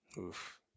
oof